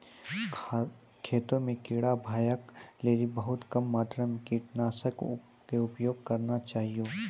खेतों म कीड़ा भगाय लेली बहुत कम मात्रा मॅ कीटनाशक के उपयोग करना चाहियो